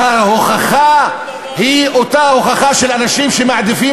וההוכחה היא אותה הוכחה של אנשים שמעדיפים